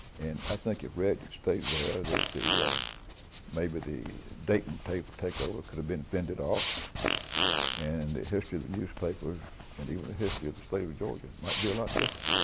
and i think if reg had stayed there that maybe the dayton takeover takeover could have been fended off and the history of the newspapers, and even the history of the state of of georgia might be a lot different.